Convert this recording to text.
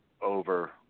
over